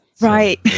Right